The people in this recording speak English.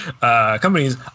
companies